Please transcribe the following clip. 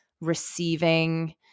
receiving